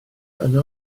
yno